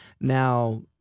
Now